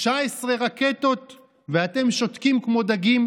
19 רקטות ואתם שותקים כמו דגים?